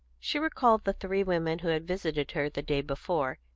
she recalled the three women who had visited her the day before,